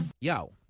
Yo